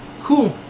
Cool